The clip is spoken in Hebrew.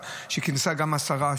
שכינסה גם השרה,